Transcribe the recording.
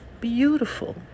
beautiful